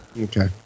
Okay